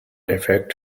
affect